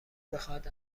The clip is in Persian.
بخواهد